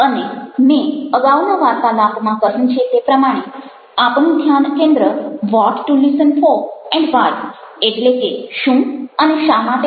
અને મેં અગાઉના વાર્તાલાપમાં કહ્યું છે તે પ્રમાણે આપણું ધ્યાનકેન્દ્ર what to listen for and why એટલે કે શું અને શા માટે શ્રવણ કરવું તે રહેશે